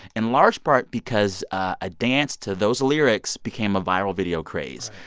in large part because a dance to those lyrics became a viral video craze.